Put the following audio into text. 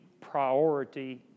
priority